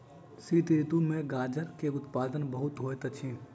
शीत ऋतू में गाजर के उत्पादन बहुत होइत अछि